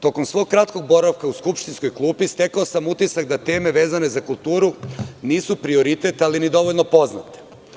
Tokom svog kratkog boravka u skupštinskoj klupi stekao sam utisak da teme vezane za kulturu nisu prioritet, ali ni dovoljno poznate.